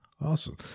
Awesome